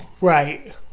Right